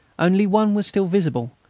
only one was still visible,